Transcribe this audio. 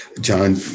John